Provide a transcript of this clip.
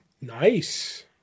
Nice